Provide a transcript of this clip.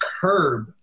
curb